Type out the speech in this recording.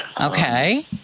Okay